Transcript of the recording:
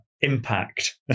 impact